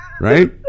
right